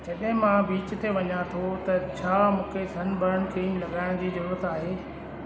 जॾहिं मां बीच ते वञा थो त छा मूंखे सनबर्न क्रीम लॻाइण जी ज़रूरत आहे